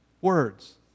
words